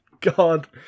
God